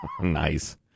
Nice